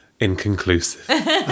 inconclusive